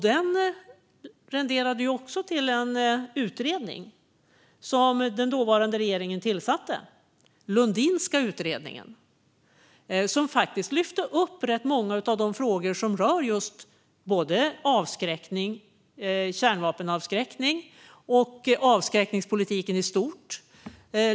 Den renderade också en utredning, som den dåvarande regeringen tillsatte, den lundinska utredningen. I den utredningen lyfte man faktiskt fram rätt många av de frågor som rör både kärnvapenavskräckning och avskräckningspolitik i stort.